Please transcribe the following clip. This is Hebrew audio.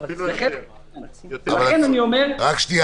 בערך 300 חדרים עם צימרים ועם --- אפילו יותר.